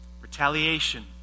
Retaliation